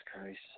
Christ